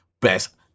best